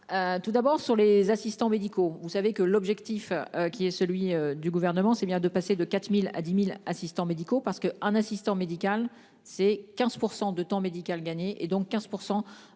Tout d'abord sur les assistants médicaux, vous savez que l'objectif qui est celui du gouvernement, c'est bien de passer de 4000 à 10.000 assistants médicaux parce que un assistant médical, c'est 15% de temps médical gagner et donc 15%.